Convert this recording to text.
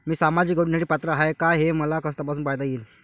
मी सामाजिक योजनेसाठी पात्र आहो का, हे मले कस तपासून पायता येईन?